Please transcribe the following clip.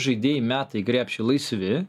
žaidėjai meta į krepšį laisvi